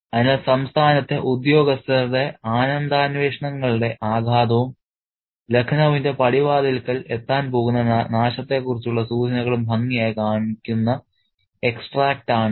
അതിനാൽ സംസ്ഥാനത്തെ ഉദ്യോഗസ്ഥരുടെ ആനന്ദാന്വേഷണങ്ങളുടെ ആഘാതവും ലഖ്നൌവിന്റെ പടിവാതിൽക്കൽ എത്താൻ പോകുന്ന നാശത്തെക്കുറിച്ചുള്ള സൂചനകളും ഭംഗിയായി കാണിക്കുന്ന എക്സ്ട്രാക്റ്റാണിത്